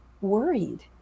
worried